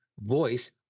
voice